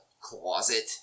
closet